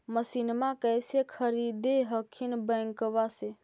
मसिनमा कैसे खरीदे हखिन बैंकबा से?